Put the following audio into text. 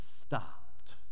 stopped